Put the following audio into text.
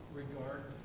regard